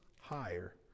higher